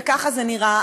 וככה זה נראה.